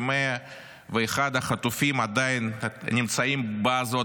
ו-101 החטופים עדיין נמצאים בעזה,